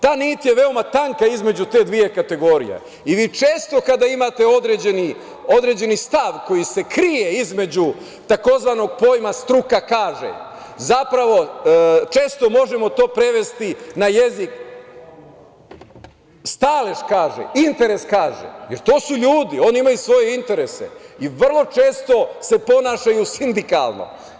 Ta nit je veoma tanka između te dve kategorije i vi često kada imate određeni stav koji se krije između tzv. pojma – struka kaže, zapravo često možemo to prevesti na jezik – stalež kaže, interes kaže, jer to su ljudi, oni imaju svoje interese i vrlo često se ponašaju sindikalno.